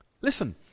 Listen